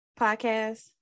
podcast